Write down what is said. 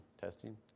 Testing